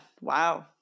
Wow